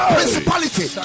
Principality